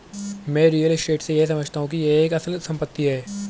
मैं real estate से यह समझता हूं कि यह एक अचल संपत्ति है